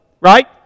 Right